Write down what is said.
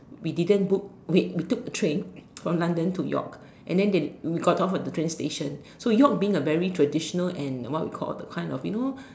we didn't book wait we took the train from London to York and then they we got off at the train station so York being a very traditional and what we call the kind of you know